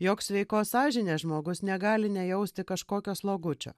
joks sveikos sąžinės žmogus negali nejausti kažkokio slogučio